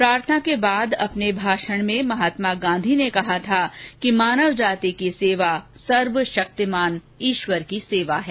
प्रार्थना के बाद अपने भाषण में महात्मा गांधी ने कहा था कि मानव जाति की सेवा सर्वशक्तिमान ईश्वर की सेवा है